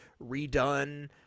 redone